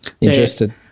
interested